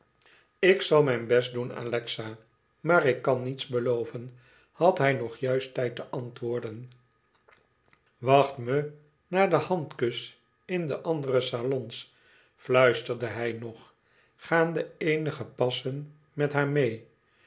ik zal mijn best doen alexa maar ik kan niets belooven had hij nog juist tijd te antwoorden wacht me na den handkus in de andere salons fluisterde hij nog gaande eenige passen met haar meê